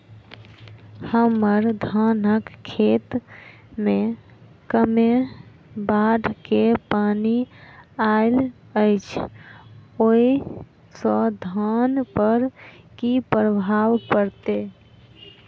हम्मर धानक खेत मे कमे बाढ़ केँ पानि आइल अछि, ओय सँ धान पर की प्रभाव पड़तै?